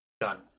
Done